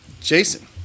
Jason